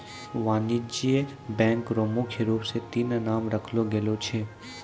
वाणिज्यिक बैंक र मुख्य रूप स तीन नाम राखलो गेलो छै